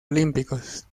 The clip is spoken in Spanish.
olímpicos